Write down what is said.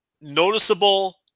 noticeable